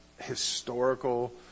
historical